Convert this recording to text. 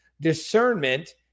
discernment